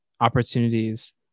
opportunities